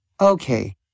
Okay